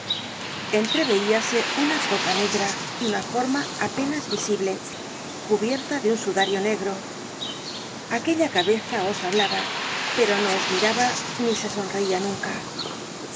velo negro entreveiase una toca negra y una forma apenas visible cubierta de un sudario negro aquella cabeza os hablaba pero no os miraba ni se sonreia nunca